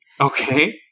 Okay